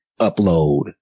upload